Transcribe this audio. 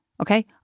okay